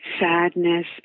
sadness